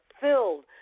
filled